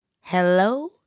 Hello